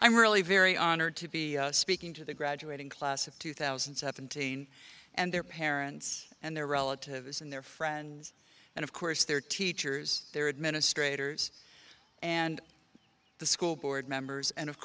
i'm really very honored to be speaking to the graduating class of two thousand and seventeen and their parents and their relatives and their friends and of course their teachers their administrators and the school board members and of